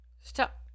Stop